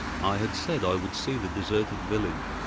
i had said i would see the deserted village,